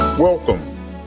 Welcome